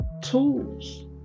tools